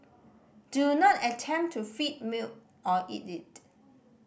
do not attempt to feed milk or eat it